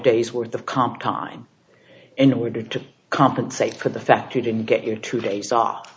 days worth of comp time in order to compensate for the fact you didn't get your two days off